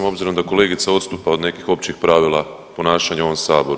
Obzirom da kolegica odstupa od nekih općih pravila ponašanja u ovom saboru.